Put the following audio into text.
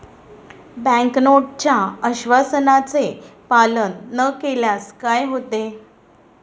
Bank नोटच्या आश्वासनाचे पालन न केल्यास काय होते?